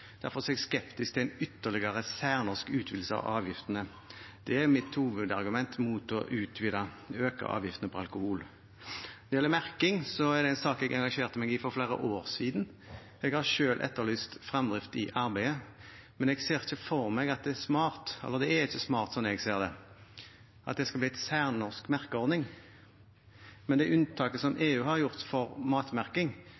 Derfor er jeg skeptisk til en ytterligere særnorsk utvidelse av avgiftene. Det er mitt hovedargument mot å øke avgiftene på alkohol. Når det gjelder merking, er det en sak jeg engasjerte meg i for flere år siden. Jeg har selv etterlyst fremdrift i arbeidet, men det er ikke smart, slik jeg ser det, med en særnorsk merkeordning. Det unntaket EU har gjort for matmerking, som unntar alkoholvarer fra å være merket med både næringsinnhold, kaloriinnhold og det